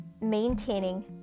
maintaining